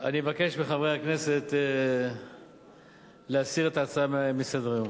אני מבקש מחברי הכנסת להסיר את ההצעה מסדר-היום.